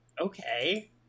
okay